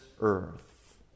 earth